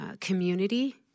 community